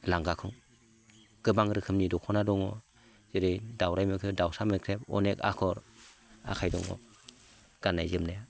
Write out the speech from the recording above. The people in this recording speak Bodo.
लांगाखौ गोबां रोखोमनि दख'ना दङ जेरै दावराइ मोख्रेब दावसा मोख्रेब अनेग आगर आखाइ दङ गाननाय जोमनाया